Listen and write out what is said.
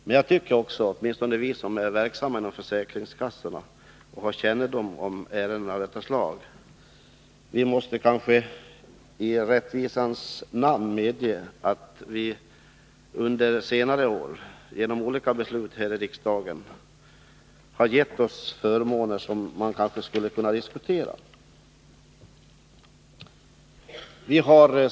Men åtminstone vi som är verksamma inom försäkringskassorna måste kanske i rättvisans namn medge att vi under senare år genom olika beslut här i riksdagen har gett förmåner som kan diskuteras.